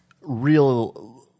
real